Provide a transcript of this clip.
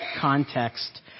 context